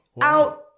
out